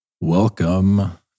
Welcome